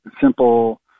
simple